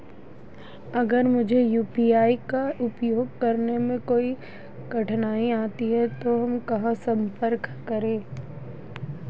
अगर मुझे यू.पी.आई का उपयोग करने में कोई कठिनाई आती है तो कहां संपर्क करें?